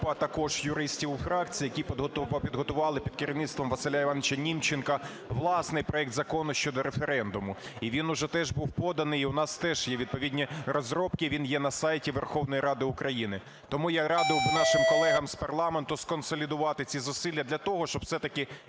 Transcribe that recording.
також юристів у фракції, які підготували під керівництвом Василя Івановича Німченка власний проект Закону щодо референдуму. І він уже теж був поданий і у нас теж є відповідні розробки, він є на сайті Верховної Ради України. Тому я радив би нашим колегам з парламенту сконсолідувати ці зусилля для того, щоб все-таки